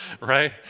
right